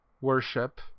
worship